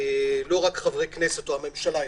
לא רק חברי כנסת או הממשלה יכולים.